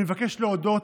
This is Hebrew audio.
אני מבקש להודות